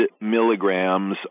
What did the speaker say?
milligrams